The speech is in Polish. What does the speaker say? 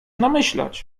namyślać